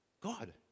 God